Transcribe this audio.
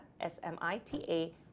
S-M-I-T-A